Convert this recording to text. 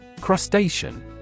Crustacean